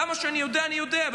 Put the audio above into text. כמה שאני יודע אני יודע,